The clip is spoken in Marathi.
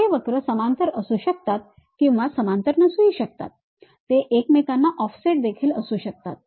हे वक्र समांतर असू शकतात किंवा समांतर नसू शकतात ते एकमेकांना ऑफसेट देखील असू शकतात